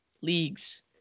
leagues